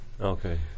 Okay